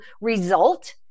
result